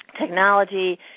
technology